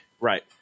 Right